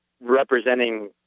representing